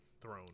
throne